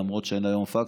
למרות שאין היום פקסים,